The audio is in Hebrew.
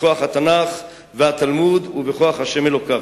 בכוח התנ"ך והתלמוד, ובכוח השם אלוקיו.